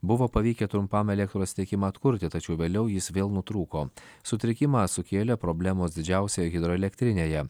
buvo pavykę trumpam elektros tiekimą atkurti tačiau vėliau jis vėl nutrūko sutrikimą sukėlė problemos didžiausioje hidroelektrinėje